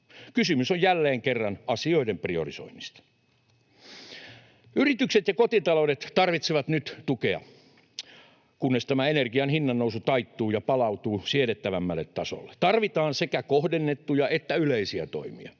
Kysymys on jälleen kerran asioiden priorisoinnista. Yritykset ja kotitaloudet tarvitsevat nyt tukea, kunnes tämä energian hinnannousu taittuu ja palautuu siedettävämmälle tasolle. Tarvitaan sekä kohdennettuja että yleisiä toimia.